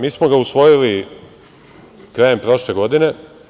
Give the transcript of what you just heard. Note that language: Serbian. Mi smo ga usvojili krajem prošle godine.